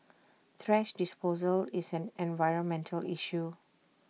thrash disposal is an environmental issue